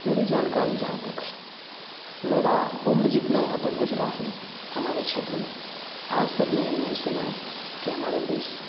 मेरी जानकारी जहाँ तक है मेरी उम्र जितनी यहाँ तक गुज़री है हमारे क्षेत्र में आज तक मैंने नहीं सुना कि हमारा देश